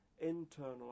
internal